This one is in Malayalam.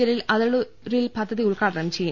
ജലീൽ അതളൂരിൽ പദ്ധതി ഉദ്ഘാടനം ചെയ്യും